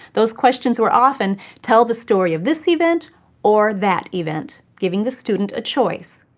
those questions were often tell the story of this event or that event, giving the student a choice.